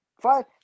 Five